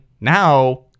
now